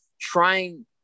trying